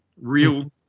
real